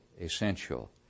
essential